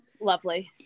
Lovely